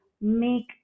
make